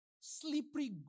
slippery